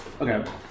Okay